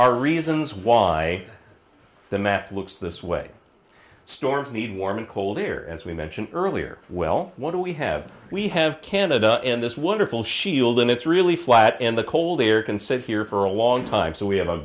are reasons why the map looks this way storms need warm and cold air as we mentioned earlier well what do we have we have canada in this wonderful shield and it's really flat and the cold air can sit here for a long time so we have a